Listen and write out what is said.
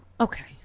okay